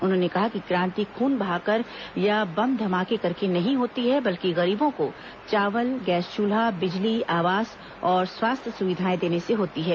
उन्होंने कहा कि क्रांति खून बहाकर या बम धमाके करके नहीं होती है बल्कि गरीबों को चावल गैस चूल्हा बिजली आवास और स्वास्थ्य सुविधाएं देने से होती हैं